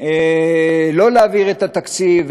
לא להעביר את התקציב,